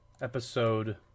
episode